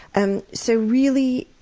and so, really,